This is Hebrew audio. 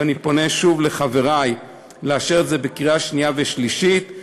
ואני פונה שוב לחברי לאשר אותה בקריאה שנייה ובקריאה שלישית.